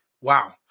Wow